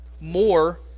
More